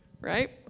right